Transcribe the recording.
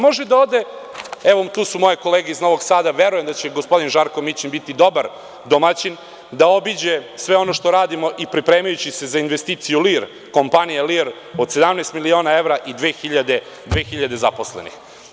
Može da ode, evo, tu su moje kolege iz Novog Sada, verujem da će gospodin Žarko Mićin biti dobar domaćin, da obiđe sve ono što radimo i pripremajući se za investiciju „Lir“ Kompanija „Lir“ od 17.000.000 evra i 2.000 zaposlenih.